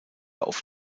auf